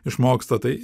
išmoksta tai